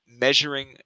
measuring